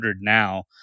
now